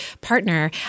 partner